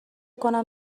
کنم